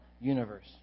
universe